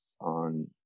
On